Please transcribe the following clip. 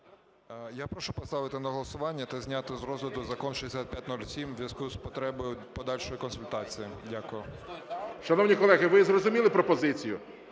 Я прошу поставити на голосування та зняти з розгляду Закон 6507 у зв'язку з потребою подальшої консультації. Дякую. ГОЛОВУЮЧИЙ. Шановні колеги, ви зрозуміли пропозицію?